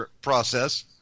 process